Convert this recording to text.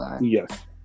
Yes